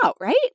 right